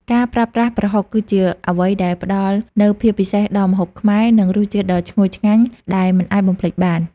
ការប្រើប្រាស់ប្រហុក គឺជាអ្វីដែលផ្តល់នូវភាពពិសេសដល់ម្ហូបខ្មែរ និងរសជាតិដ៏ឈ្ងុយឆ្ងាញ់ដែលមិនអាចបំភ្លេចបាន។